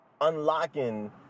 unlocking